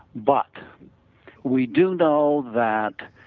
but we do know that